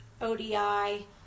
ODI